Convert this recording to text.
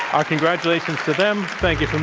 our congratulations them. thank you from